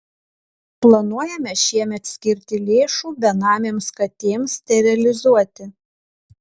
planuojame šiemet skirti lėšų benamėms katėms sterilizuoti